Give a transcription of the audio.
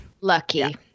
Lucky